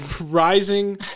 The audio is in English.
rising